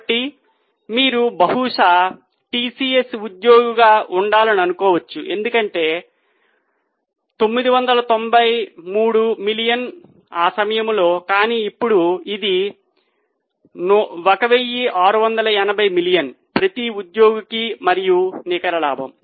కాబట్టి మీరు బహుశా టిసిఎస్ ఉద్యోగిగా ఉండాలని అనుకోవచ్చు ఎందుకంటే 993 మిలియన్ ఆ సమయములో కానీ ఇప్పుడు ఇది మిలియన్1680 ప్రతి ఒక్క ఉద్యోగికి మరియు నికర లాభం